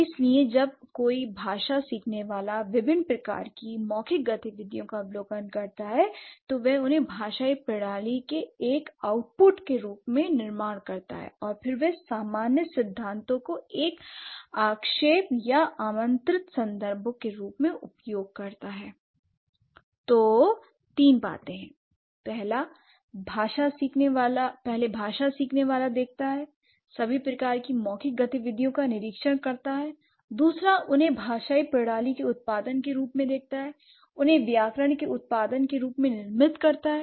इसलिए जब कोई भाषा सीखने वाला विभिन्न प्रकार की मौखिक गतिविधियों का अवलोकन करता है तो वह उन्हें भाषाई प्रणाली के एक आउटपुट के रूप में निर्माण करता है और फिर वह सामान्य सिद्धांतों को एक आक्षेप या आमंत्रित संदर्भों के रूप में उपयोग करता है l तो तीन बातें पहले भाषा सीखने वाला देखता है सभी प्रकार की मौखिक गतिविधियों का निरीक्षण करता है दूसरा उन्हें भाषाई प्रणाली के उत्पादन के रूप में देखता है उन्हें व्याकरण के उत्पादन के रूप में निर्मित करता है